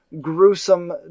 gruesome